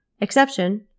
exception